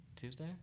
Tuesday